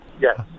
yes